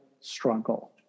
struggle